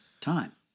time